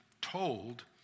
told